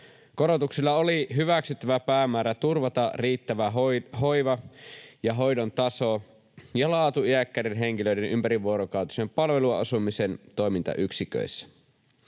Korotuksilla oli hyväksyttävä päämäärä turvata riittävä hoiva ja hoidon taso ja laatu iäkkäiden henkilöiden ympärivuorokautisen palveluasumisen toimintayksiköissä.